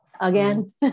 again